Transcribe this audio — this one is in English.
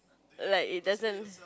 like its doesn't